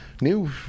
new